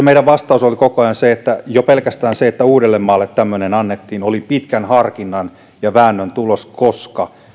meidän vastauksemme oli koko ajan se että jo pelkästään se että uudellemaalle tämmöinen annettiin oli pitkän harkinnan ja väännön tulos